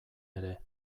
ere